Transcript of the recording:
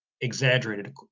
exaggerated